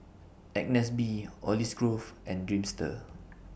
Agnes B Olive Grove and Dreamster